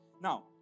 Now